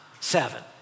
seven